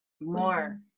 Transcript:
more